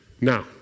now